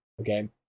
okay